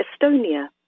Estonia